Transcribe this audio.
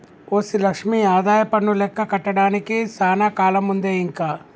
OC Lakshmi ఆదాయపన్ను లెక్క కట్టడానికి సానా కాలముందే ఇంక